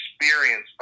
experience